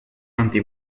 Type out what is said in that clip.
anti